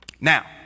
Now